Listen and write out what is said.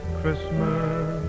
Christmas